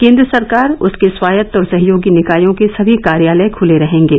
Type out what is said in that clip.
केंद्र सरकार उसके स्वायत्त और सहयोगी निकायों के सभी कार्यालय खुले रहेंगे